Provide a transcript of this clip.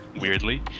weirdly